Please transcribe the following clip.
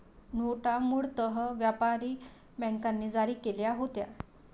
नोटा मूळतः व्यापारी बँकांनी जारी केल्या होत्या